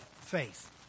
Faith